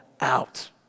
out